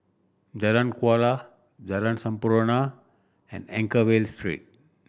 Jalan Kuala Jalan Sampurna and Anchorvale Street